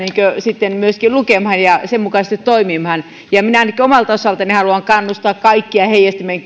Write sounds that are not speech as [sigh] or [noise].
sitten myöskin lukemaan ja sen mukaisesti toimimaan ja minä omalta osaltani haluan kannustaa kaikkia heijastimen [unintelligible]